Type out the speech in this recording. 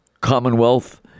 Commonwealth